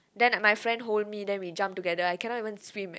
then my friend hold me then we jump together I cannot even swim leh